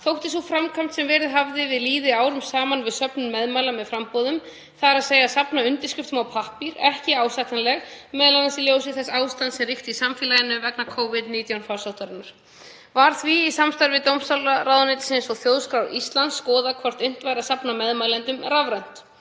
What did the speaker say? þótti sú framkvæmd sem verið hafði við lýði árum saman við söfnun meðmæla með framboðum, þ.e. að safna undirskriftum á pappír, ekki ásættanleg, m.a. í ljósi þess ástands sem ríkti í samfélaginu vegna Covid-19 farsóttarinnar. Var því, í samstarfi dómsmálaráðuneytisins og Þjóðskrár Íslands, skoðað hvort unnt væri að safna meðmælendum rafrænt.